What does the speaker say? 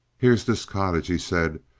here's this cottage, he said,